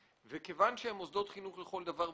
כיוון שהם מוסדות חינוך לכל דבר ועניין,